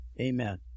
amen